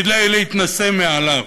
כדי להתנשא מעליו?